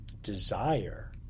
desire